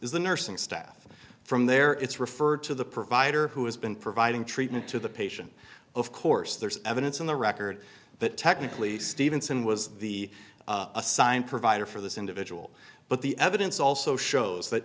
the nursing staff from there it's referred to the provider who has been providing treatment to the patient of course there's evidence in the record that technically stephenson was the assigned provider for this individual but the evidence also shows